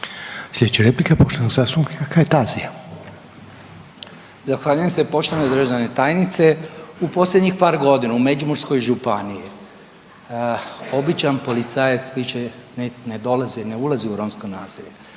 Slijedeća replika je poštovanog zastupnika Kajtazija. **Kajtazi, Veljko (Nezavisni)** Poštovana državna tajnice, u posljednjih par godina u Međimurskoj županiji običan policajac više ne dolazi i ne ulazi u romska naselja